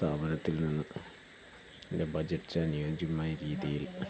സ്ഥാപനത്തിൽ നിന്ന് എൻ്റെ ബജറ്റിന് അനുയോജ്യമായ രീതിയിൽ